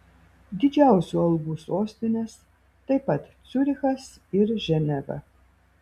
didžiausių algų sostinės taip pat ciurichas ir ženeva